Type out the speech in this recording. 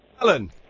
Alan